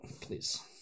please